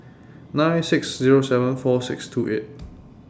nine six Zero seven four six two eight